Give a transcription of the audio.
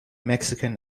mexican